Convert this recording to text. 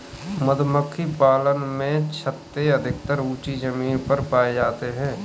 मधुमक्खी पालन में छत्ते अधिकतर ऊँची जमीन पर पाए जाते हैं